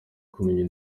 kumenya